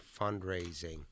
fundraising